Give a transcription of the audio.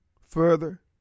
further